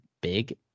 big